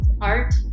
art